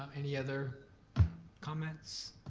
any other comments,